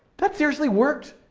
that seriously worked?